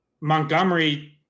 Montgomery